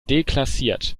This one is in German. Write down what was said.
deklassiert